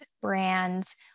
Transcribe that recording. brands